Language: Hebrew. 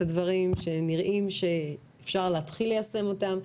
הדברים שנראים שאפשר להתחיל ליישם אותם,